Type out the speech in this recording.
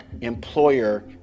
employer